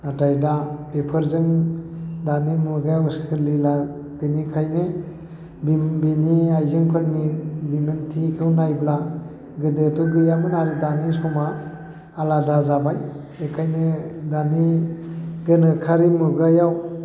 नाथाय दा बेफोरजों दानि मुगायाव सोलिला बेनिखायनो बेनि आइजेंफोरनि गोनांथिखौ नायब्ला गोदोथ' गैयामोन आरो दानि समा आलादा जाबाय बेखायनो दानि गोनोखोआरि मुगायाव